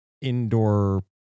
indoor